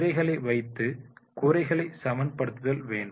நிலைகளை வைத்து குறைகளை சமன்படுத்துதல் வேண்டும்